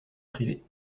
privée